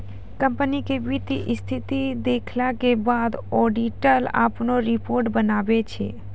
company के वित्तीय स्थिति देखला के बाद ऑडिटर अपनो रिपोर्ट बनाबै छै